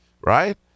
Right